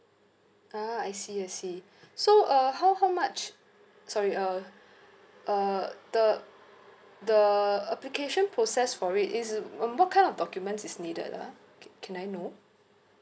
ah I see I see so uh how how much sorry uh uh the the application process for it is um what kind of documents is needed ah ca~ can I know